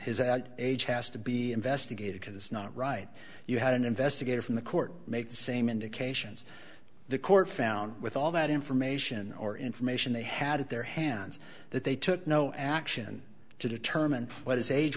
his age has to be investigated because it's not right you had an investigator from the court make the same indications the court found with all that information or information they had at their hands that they took no action to determine what his age